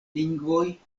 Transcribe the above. lingvoj